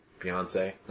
Beyonce